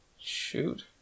Shoot